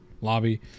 lobby